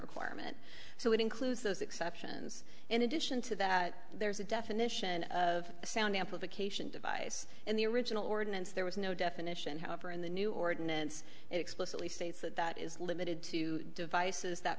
requirement so it includes those exceptions in addition to that there's a definition of sound amplification device in the original ordinance there was no definition however in the new ordinance it explicitly states that that is limited to devices that